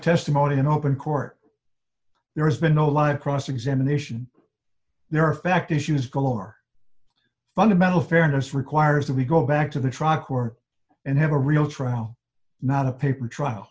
testimony in open court there has been no lud cross examination there effect issues galore fundamental fairness requires that we go back to the truck were and have a real trial not a paper trial